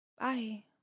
Bye